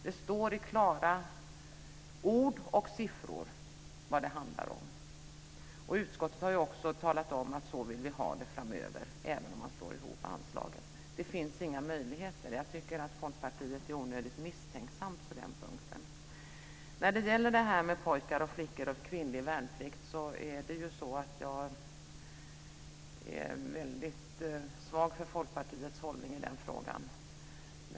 Det anges i klara ord och siffror vad det handlar om, och utskottet har också talat om att det är så man vill ha det framöver, även om man slår samman anslagen. Det finns inga möjligheter att lura riksdagen. Jag tycker att Folkpartiet på den punkten är onödigt misstänksamt. När det gäller pojkar och flickor och kvinnlig värnplikt är jag väldigt svag för Folkpartiets hållning.